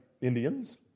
Indians